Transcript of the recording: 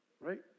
right